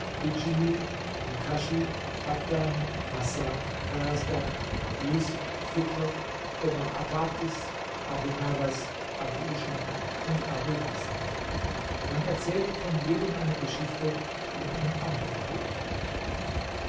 farrasdak lus sukr omar attartis abu nawas abu ishak und abul hasan man erzählte von jedem eine geschichte die in einem anderen buch erwähnt werden